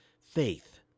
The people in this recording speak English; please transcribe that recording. Faith